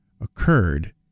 occurred